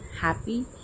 happy